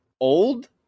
old